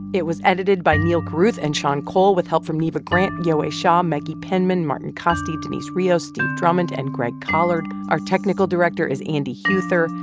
it was edited by neal carruth and sean cole with help from neva grant, yowei shaw, maggie penman, martin kaste, denice rios, steve drummond and greg collard. our technical director is andy huether.